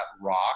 rock